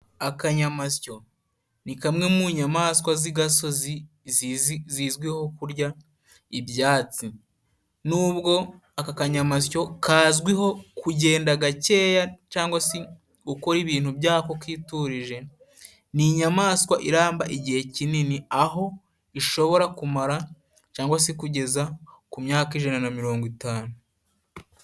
Akanyamasyo. Ni kamwe mu nyamaswa z'igasozi zizwiho kurya ibyatsi. N'ubwo aka kanyamasyo kazwiho kugenda gakeya cyangwa se gukora ibintu byako kiturije, ni inyamaswa iramba igihe kinini, aho ishobora kumara cyangwa se kugeza ku myaka ijana na mirongo itanu.